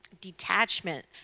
detachment